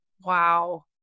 Wow